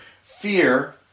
fear